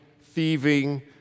thieving